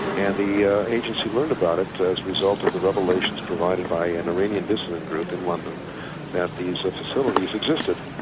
and the agency learned about it as a result of the revelations provided by an iranian dissident group in london that these ah facilities existed,